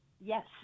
Yes